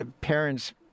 parents